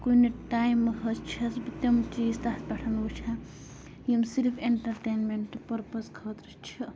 کُنہِ ٹایِمہٕ حظ چھس بہٕ تِم چیٖز تَتھ پٮ۪ٹھ وٕچھان یِم صِرف اٮ۪نٹرٹینمنٛٹ پٔرپَز خٲطرٕ چھِ